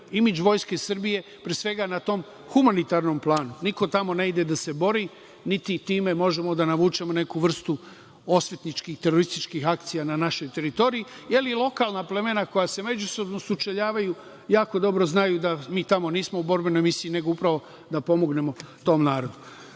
imidž Vojske Srbije, pre svega, na tom humanitarnom planu, niko tamo ne ide da se bori, niti time možemo da navučemo neku vrstu osvetničkih, terorističkih akcija na našoj teritoriji. Lokalna plemena, koja se međusobno sučeljavaju, jako dobro znaju da mi tamo nismo u borbenoj misiji, nego upravo da pomognemo tom